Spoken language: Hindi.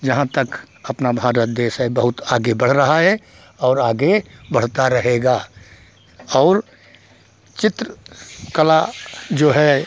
जहाँ तक अपना भारत देश है बहुत आगे बढ़ रहा है और आगे बढ़ता रहेगा और चित्र कला जो है